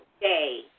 day